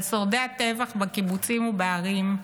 על שורדי הטבח בקיבוצים ובערים,